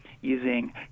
using